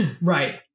Right